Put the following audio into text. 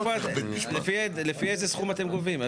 לפי איזה סכם אתם גובים?